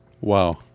Wow